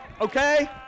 Okay